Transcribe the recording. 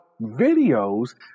videos